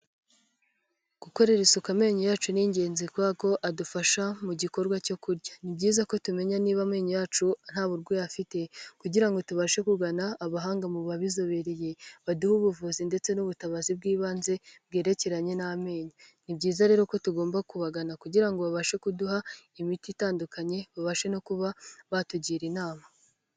Gukorera isuku amenyo yacu ni ingenzi kukoko adufasha mu gikorwa cyo kurya, ni byiza ko tumenya niba amenyo yacu nta burwayi afite kugira ngo tubashe kugana abahanga mu babizobereye baduhe ubuvuzi ndetse n'ubutabazi bw'ibanze bwerekeranye n'amenyo. Ni byiza rero ko tugomba kubagana kugira ngo babashe kuduha imiti itandukanye babashe no kuba batugira inama.